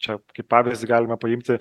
čia kaip pavyzdį galima paimti